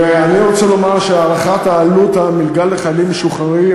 ואני רוצה לומר שהערכת עלות המלגה לחיילים משוחררים